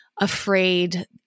afraid